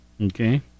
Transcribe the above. Okay